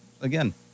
again